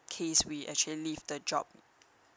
case we actually leave the job